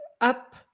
up